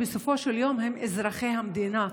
בסופו של יום הם אזרחי המדינה.